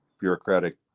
bureaucratic